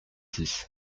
six